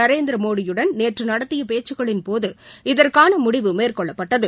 நரேந்திரமோடியுடன் நேற்று நடத்திய பேச்சுகளின் போது இதற்கான முடிவு மேற்கொள்ளப்பட்டது